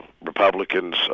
Republicans